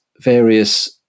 various